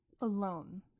alone